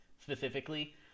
specifically